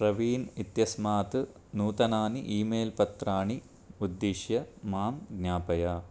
प्रवीन् इत्यस्मात् नूतनानि email पत्राणि उद्दिश्य मां ज्ञापय